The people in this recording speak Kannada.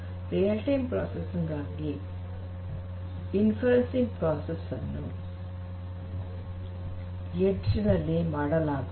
ರಿಯಲ್ ಟೈಮ್ ಪ್ರೊಸೆಸಿಂಗ್ ಗಾಗಿ ಇಂಫರೆನ್ಸಿನ್ಗ್ ಪ್ರೋಸೆಸ್ ಅನ್ನು ಎಡ್ಜ್ ನಲ್ಲಿ ಮಾಡಲಾಗುವುದು